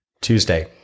Tuesday